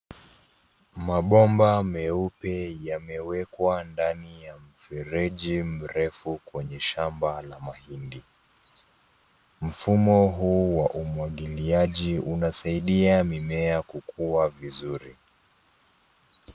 Mabomba meupe yamewekwa ndani ya mfereji mrefu kwenye shamba la mahindi. Mfumo huu wa umwagiliaji unasaidia mimea kukua vizuri.